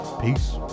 Peace